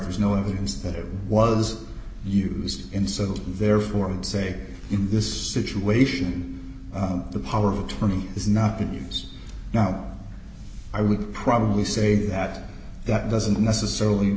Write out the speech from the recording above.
there's no evidence that it was used and so therefore i would say in this situation the power of attorney is not in use now i would probably say that that doesn't necessarily